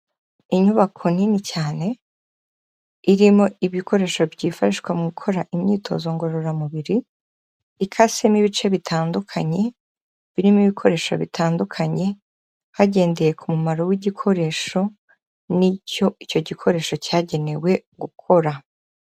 Inyubako nini cyane, irimo ibikoresho byifashishwa mu gukora imyitozo ngororamubiri, ikasemo ibice bitandukanye, birimo ibikoresho bitandukanye, hagendewe ku mumaro w'igikoresho, n'icyo icyo gikoresho cyagenewe gukora.